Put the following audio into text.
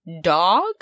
dog